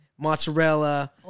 Mozzarella